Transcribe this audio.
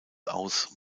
aus